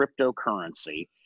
cryptocurrency